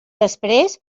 després